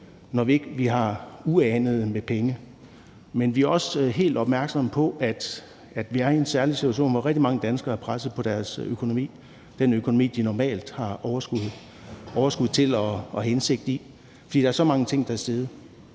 når vi ikke har ubegrænsede midler. Men vi er også helt opmærksomme på, at vi er i en særlig situation, hvor rigtig mange danskere er pressede på deres økonomi – en økonomi, som de normalt har overskud til at have indsigt i – for der er så mange ting, der er